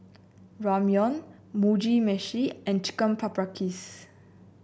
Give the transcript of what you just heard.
Ramyeon Mugi Meshi and Chicken Paprikas